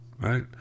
Right